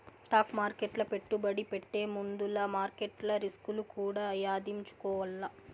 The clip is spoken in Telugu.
స్టాక్ మార్కెట్ల పెట్టుబడి పెట్టే ముందుల మార్కెట్ల రిస్కులు కూడా యాదించుకోవాల్ల